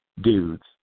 dudes